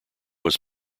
was